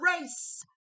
race